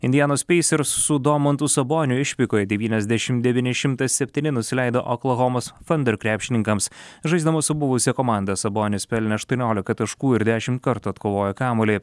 indianos peisers ir su domantu saboniu išvykoje devyniasdešim devyni šimtas septyni nusileido oklahomos fander krepšininkams žaisdamas su buvusia komanda sabonis pelnė aštuoniolika taškų ir dešim kartų atkovojo kamuolį